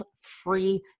free